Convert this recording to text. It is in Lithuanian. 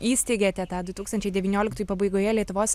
įsteigėte tą du tūkstančiai devynioiktųjų pabaigoje lietuvos